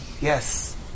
Yes